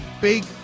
big